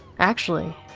actually,